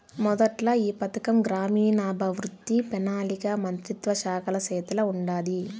మొదట్ల ఈ పథకం గ్రామీణాభవృద్ధి, పెనాలికా మంత్రిత్వ శాఖల సేతిల ఉండాది